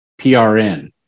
PRN